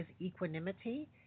equanimity